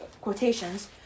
quotations